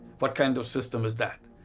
what kind of system is that?